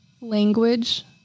language